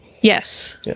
Yes